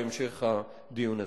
בהמשך הדיון הזה.